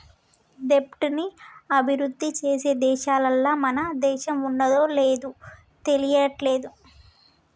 దెబ్ట్ ని అభిరుద్ధి చేసే దేశాలల్ల మన దేశం ఉన్నాదో లేదు తెలియట్లేదు